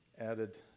added